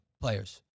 players